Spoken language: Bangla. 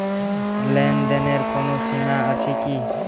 লেনদেনের কোনো সীমা আছে কি?